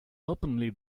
openly